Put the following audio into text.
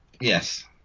Yes